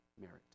merit